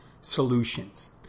solutions